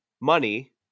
money